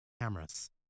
Cameras